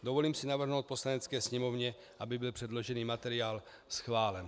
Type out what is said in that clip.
Dovolím si navrhnout Poslanecké sněmovně, aby byl předložený materiál schválen.